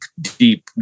deep